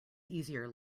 easier